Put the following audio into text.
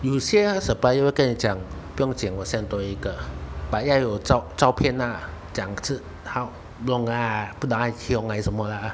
有些 supplier 会跟你讲不用紧我 send 多一个 but 要有照照片啦讲是他弄啦不懂他是弄还是什么啦